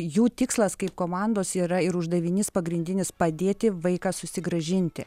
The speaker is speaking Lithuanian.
jų tikslas kaip komandos yra ir uždavinys pagrindinis padėti vaiką susigrąžinti